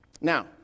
Now